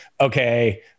okay